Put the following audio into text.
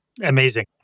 Amazing